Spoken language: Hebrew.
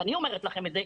ואני אומרת לכם את זה,